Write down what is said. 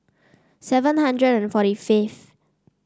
seven hundred and forty fifth